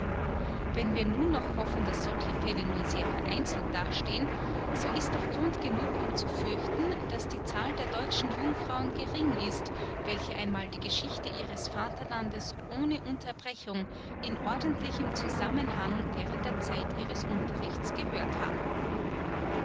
wenn wir nun auch hoffen daß solche fälle nur sehr vereinzelt dastehen so ist doch grund genug um zu fürchten daß die zahl der deutschen jungfrauen gering ist welche einmal die geschichte ihres vaterlandes ohne unterbrechung in ordentlichem zusammenhang während der zeit ihres unterrichts gehört haben